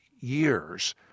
years